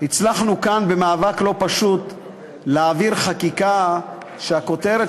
הצלחנו להעביר כאן במאבק לא פשוט חקיקה שהכותרת